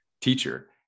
teacher